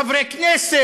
שיש חברי כנסת,